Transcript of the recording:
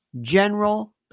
General